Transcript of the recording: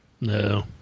No